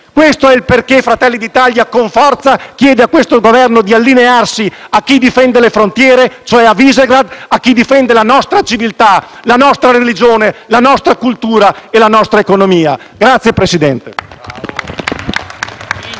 per la quale Fratelli d'Italia, con forza, chiede a questo Governo di allinearsi con chi difende le frontiere, cioè con Visegrád, con chi difende la nostra civiltà, la nostra religione, la nostra cultura e la nostra economia. *(Applausi